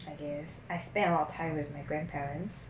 I guess I spend a lot of time with my grandparents